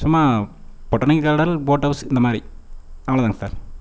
சும்மா botanical garden boat house இந்தமாதிரி அவ்வளோதாங்க சார்